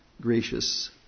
gracious